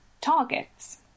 targets